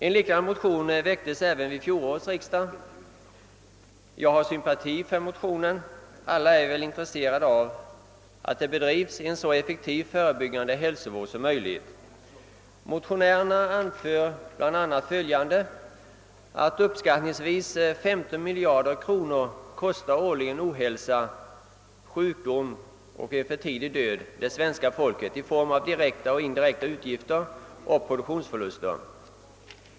En liknande motion väcktes även vid fjolårets riksdag. Jag känner sympati för motionen; alla är väl intresserade av att det bedrivs en så effektiv förebyggande hälsovård som möjligt. Motionärerna anför bl.a. att »ohälsa, sjukdom och för tidig död kostar svenska folket uppskattningsvis 15 miljarder kronor årligen i direkta och indirekta utgifter och produktionsförlust».